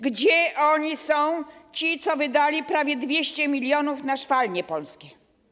Gdzie oni są, ci, co wydali prawie 200 mln na szwalnie polskie?